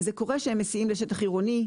זה קורה שהם מסיעים לשטח עירוני.